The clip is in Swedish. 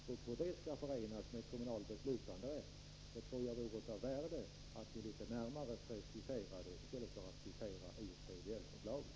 Jag tror att det vore av värde att ni litet närmare preciserade hur detta skall förenas med kommunal beslutanderätt, i stället för att citera ur PBL-förslaget.